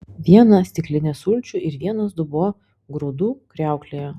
viena stiklinė sulčių ir vienas dubuo grūdų kriauklėje